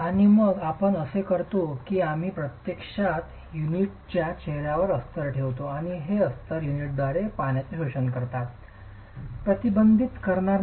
आणि मग आपण असे करतो की आम्ही प्रत्यक्षात युनिटच्या चेहऱ्यावर अस्तर ठेवतो आणि हे अस्तर युनिटद्वारे पाण्याचे शोषण करण्यास प्रतिबंधित करणार नाही